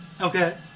Okay